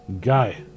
Guy